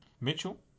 Mitchell